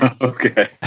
Okay